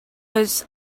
oes